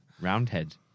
Roundhead